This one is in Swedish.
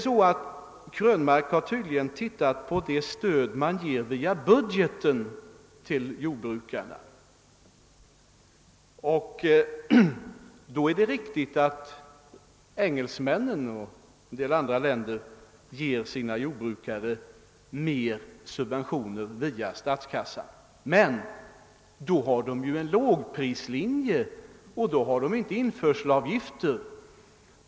Herr Krönmark har tydligen tittat på det stöd man ger via budgeten till jordbrukarna, och då är det riktigt att en del andra länder ger sina jordbrukare större subventioner via statskassan, men då har de en lågprislinje och då har de inte införselavgifter.